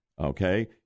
okay